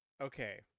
Okay